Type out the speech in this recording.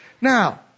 Now